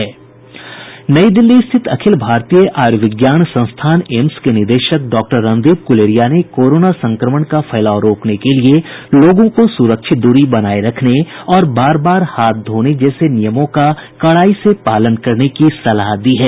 नई दिल्ली स्थित अखिल भारतीय आयुर्विज्ञान संस्थान एम्स के निदेशक डॉक्टर रणदीप गुलेरिया ने कोरोना संक्रमण का फैलाव रोकने के लिए लोगों को सुरक्षित दूरी बनाए रखने और बार बार हाथ धोने जैसे नियमों का कड़ाई से पालन करने की सलाह दी है